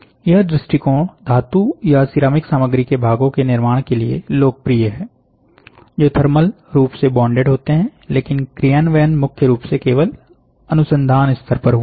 यह दृष्टिकोण धातु या सिरेमिक सामग्री के भागो के निर्माण के लिए लोकप्रिय है जो थर्मल रूप से बॉन्डेड होते हैं लेकिन क्रियान्वयन मुख्य रूप से केवल अनुसंधान स्तर पर हुआ है